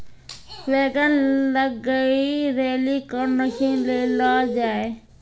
बैंगन लग गई रैली कौन मसीन ले लो जाए?